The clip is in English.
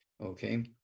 okay